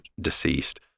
deceased